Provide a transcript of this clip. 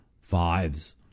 fives